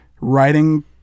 writing